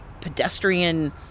pedestrian